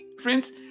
Friends